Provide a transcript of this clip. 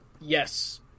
Yes